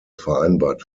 vereinbart